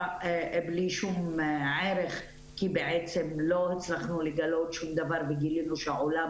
בלי שום ערך כי בעצם לא הצלחנו לגלות שום דבר וגילינו שהעולם